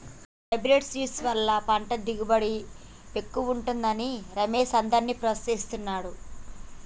hybrid seeds వల్ల పంట దిగుబడి ఎక్కువుంటది అని రమేష్ అందర్నీ ప్రోత్సహిస్తాడు